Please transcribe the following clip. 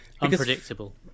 Unpredictable